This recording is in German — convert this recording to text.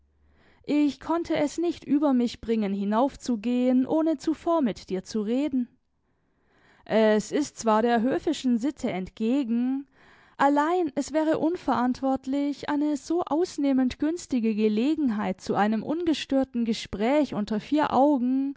ich konnte es nicht über mich bringen hinaufzugehen ohne zuvor mit dir zu reden es ist zwar der höfischen sitte entgegen allein es wäre unverantwortlich eine so ausnehmend günstige gelegenheit zu einem ungestörten gespräch unter vier augen